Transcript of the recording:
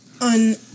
on